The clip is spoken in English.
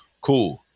cool